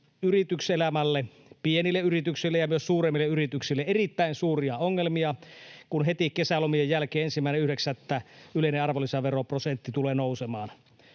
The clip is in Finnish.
yrityselämällemme, pienille yrityksille ja myös suuremmille yrityksille, erittäin suuria ongelmia, kun heti kesälomien jälkeen 1.9. yleinen arvonlisäveroprosentti tulee nousemaan.